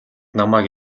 намайг